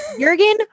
Jurgen